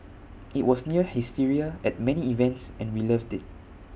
IT was near hysteria at many events and we loved IT